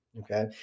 okay